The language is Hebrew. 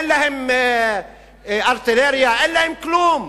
אין להם ארטילריה, אין להם דבר,